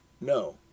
No